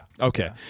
Okay